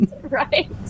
Right